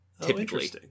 typically